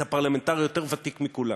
אתה פרלמנטר יותר ותיק מכולנו,